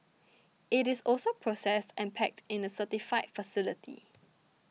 it is also processed and packed in a certified facility